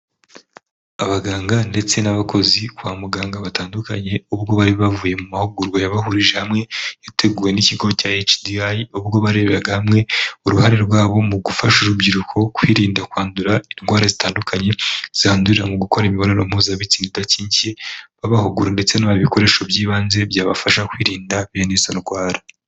Abaganga ndetse n'abakozi kwa muganga batandukanye ubwo bari bavuye mu mahugurwa yabahurije hamwe yateguwe n'ikigo cya HDI ubwo bareberaga hamwe uruhare rwabo mu gufasha urubyiruko kwirinda kwandura indwara zitandukanye zandurira mu gukora imibonano mpuzabitsina idakingiye babahugura ndetse n'ibikoresho by'ibanze byabafasha kwirinda bene izo ndwara.